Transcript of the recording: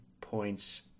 points